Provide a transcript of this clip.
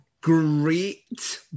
great